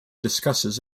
discusses